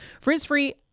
Frizz-free